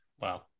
Wow